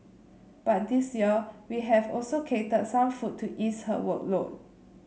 but this year we have also catered some food to ease her workload